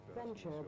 adventure